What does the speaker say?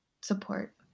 support